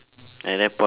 at that point